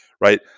right